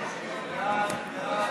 ההצעה